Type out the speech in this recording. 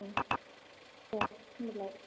उम दे होनब्लाय